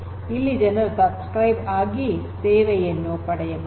ಇಲ್ಲಿ ಜನರು ಚಂದಾದಾರರಾಗಿ ಸೇವೆಯನ್ನು ಪಡೆಯಬಹುದು